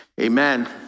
amen